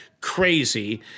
crazy